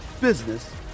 business